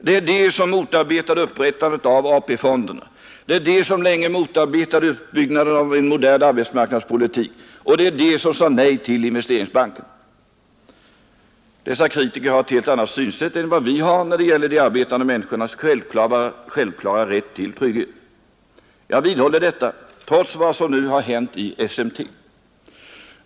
Det är de som motarbetade upprättandet av AP-fonderna, det är de som länge motarbetade uppbyggnaden av en modern arbetsmarknadspolitik, och det är de som sade nej till Investeringsbanken. Dessa kritiker har ett helt annat synsätt än vad vi har, när det gäller de arbetande människornas självklara rätt till trygghet. Jag vidhåller detta trots vad som nu har hänt i SMT.